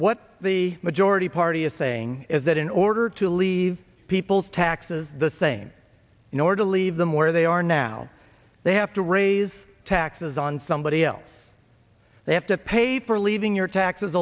what the already party is saying is that in order to leave people's taxes the same in order to leave them where they are now they have to raise taxes on somebody else they have to pay for leaving your taxes